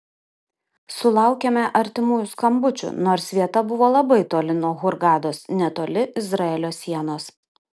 sulaukėme artimųjų skambučių nors vieta buvo labai toli nuo hurgados netoli izraelio sienos